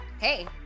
Hey